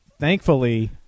Thankfully